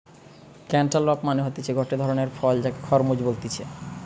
cantaloupe মানে হতিছে গটে ধরণের ফল যাকে খরমুজ বলতিছে